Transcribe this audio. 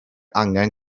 angen